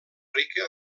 rica